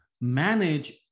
manage